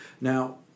Now